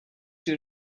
two